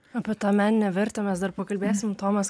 apie tą meninę vertę mes dar pakalbėsim tomas